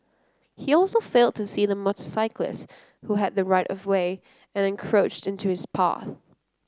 he also failed to see the motorcyclist who had the right of way and encroached into his path